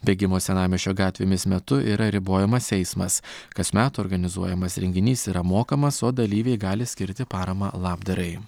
bėgimo senamiesčio gatvėmis metu yra ribojamas eismas kasmet organizuojamas renginys yra mokamas o dalyviai gali skirti paramą labdarai